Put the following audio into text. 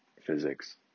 physics